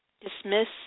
dismiss